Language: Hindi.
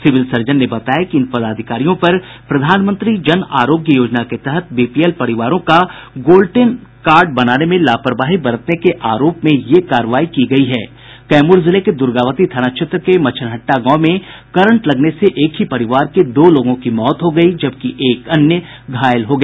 सिविल सर्जन ने बताया कि इन पदाधिकारियों पर प्रधानमंत्री जन आरोग्य योजना के तहत बीपीएल परिवारों का गोल्डन कार्ड बनाने में लापरवाही बरतने के आरोप में ये कार्रवाई की गयी है कैमूर जिले के दुर्गावती थाना क्षेत्र के मछनहटा गांव में करंट लगने से एक ही परिवार के दो लोगों की मौत हो गयी जबकि एक अन्य घायल हो गया